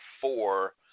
four